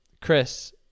Chris